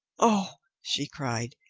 oh, she cried,